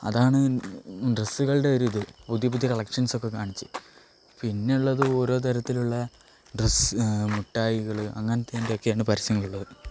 അതാണ് ഡ്രസ്സുകളുടെ ഒരിത് പുതിയ പുതിയ കളക്ഷൻസൊക്കെ കാണിച്ച് പിന്നെയുള്ളത് ഓരോ തരത്തിലുള്ള ഡ്രസ്സ് മിഠായികൾ അങ്ങനത്തെ അതിൻ്റെയൊക്കെയാണ് പരസ്യങ്ങളുള്ളത്